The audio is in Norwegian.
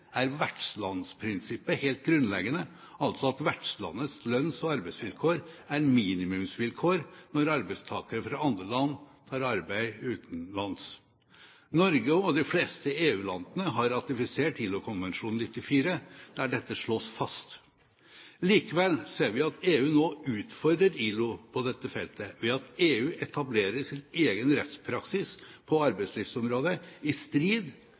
er vertslandsprinsippet helt grunnleggende, altså at vertslandets lønns- og arbeidsvilkår er minimumsvilkår når arbeidstakere fra andre land tar arbeid utenlands. Norge og de fleste EU-landene har ratifisert ILO-konvensjon nr. 94, der dette slås fast. Likevel ser vi at EU nå utfordrer ILO på dette feltet ved at EU etablerer sin egen rettspraksis på arbeidslivsområdet, i strid